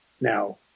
Now